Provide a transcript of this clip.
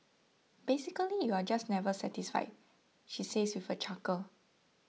basically you're just never satisfied she says with a chuckle